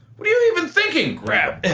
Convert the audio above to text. what are you even thinking? grab!